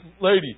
lady